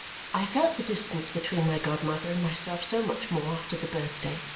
i felt the distance between my godmother and myself so much more after the birthday,